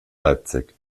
leipzig